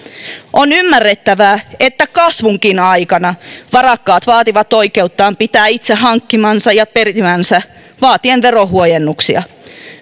on ymmärrettävää että kasvunkin aikana varakkaat vaativat oikeuttaan pitää itse hankkimansa ja perimänsä vaatien verohuojennuksia